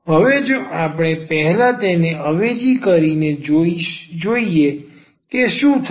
હવે જો આપણે પહેલા તેને અવેજી કરીને જોઈએ કે શું થશે